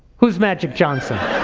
who's magic johnson?